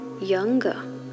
younger